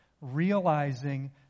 realizing